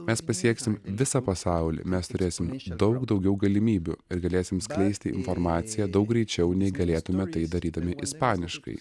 mes pasieksim visą pasaulį mes turėsim daug daugiau galimybių ir galėsim skleisti informaciją daug greičiau nei galėtume tai darydami ispaniškai